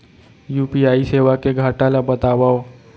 UPI सेवा के घाटा ल बतावव?